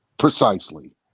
Precisely